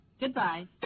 Goodbye